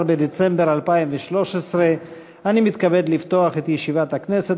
17 בדצמבר 2013. אני מתכבד לפתוח את ישיבת הכנסת.